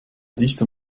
dichter